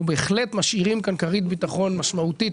אנחנו בהחלט משאירים כרית ביטחון משמעותית